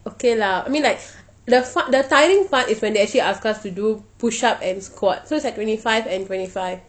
okay lah I mean like the fun the tiring part is when they actually ask us to do push up and squats so it's like twenty five and twenty five